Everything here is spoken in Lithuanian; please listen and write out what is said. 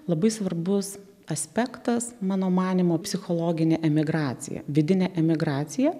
labai svarbus aspektas mano manymu psichologinė emigracija vidinė emigracija